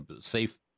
safe